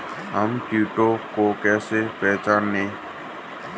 हम कीटों को कैसे पहचाने?